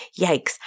yikes